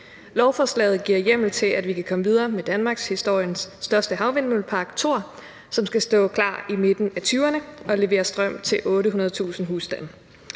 Lovforslaget giver hjemmel til, at vi kan komme videre med danmarkshistoriens største havvindmøllepark, Thor, som skal stå klar i midten af 2020'erne og levere strøm til 800.000 husstande.